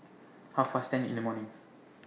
Half Past ten in The morning